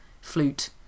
flute